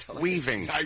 Weaving